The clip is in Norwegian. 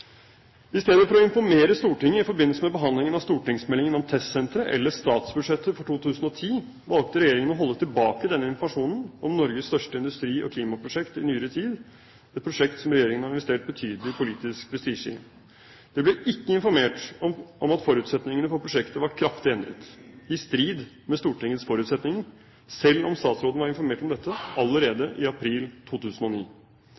å informere Stortinget i forbindelse med behandlingen av stortingsproposisjonen om testsenteret eller statsbudsjettet for 2010, valgte regjeringen å holde tilbake denne informasjon om Norges største industri- og klimaprosjekt i nyere tid, et prosjekt som regjeringen har investert betydelig politisk prestisje i. Det ble ikke informert om at forutsetningene for prosjektet var kraftig endret – i strid med Stortingets forutsetninger – selv om statsråden var informert om dette